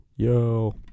Yo